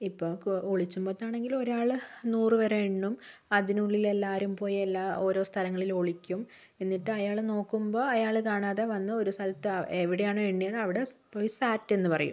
ഇപ്പോൾ ഒളിച്ചും പൊത്താണെങ്കിൽ ഒരാൾ നൂറ് വരെ എണ്ണും അതിനുള്ളിൽ എല്ലാവരും പോയി എല്ലാ ഓരോ സ്ഥലങ്ങളില്ലും ഒളിക്കും എന്നിട്ട് അയാൾ നോക്കുമ്പോൾ അയാൾ കാണാതെ വന്ന് ഒരു സ്ഥലത്ത് എവിടെയാണോ എണ്ണിയത് അവിടെ പോയി സാറ്റെന്നു പറയും